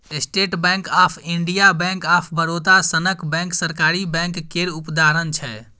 state bank of India, bank of Baroda सनक bank सरकारी bank केर उदाहरण छै